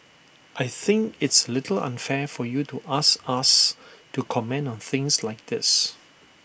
I think it's A little unfair for you to ask us to comment on things like this